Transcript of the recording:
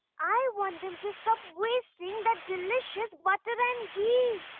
i want them to stop wasting that delicious butter and ghee.